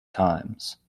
times